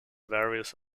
various